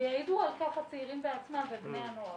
ויעידו על כך הצעירים בעצמם ובני הנוער.